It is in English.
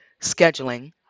scheduling